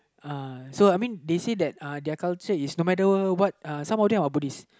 uh so I mean they say that uh their culture is no matter what some of them are Buddhist